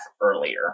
earlier